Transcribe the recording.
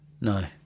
No